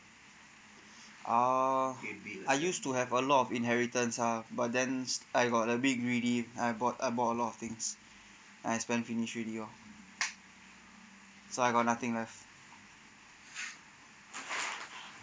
oh I used to have a lot of inheritance ah but then I got a big giddy I bought I bought a lot of things I spend finish already ah so I got nothing left